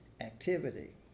activity